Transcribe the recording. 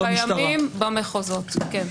שקיימים במחוזות, כן.